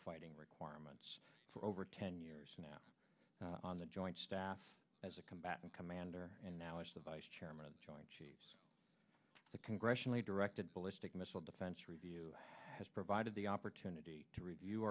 fighting requirements for over ten years now on the joint staff as a combatant commander and now as the vice chairman of the joint chiefs the congressionally directed ballistic missile defense review has provided the opportunity to review